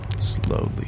Slowly